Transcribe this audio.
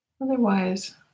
Otherwise